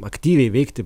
aktyviai veikti